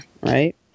right